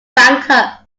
banker